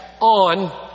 on